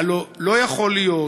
הלוא לא יכול להיות,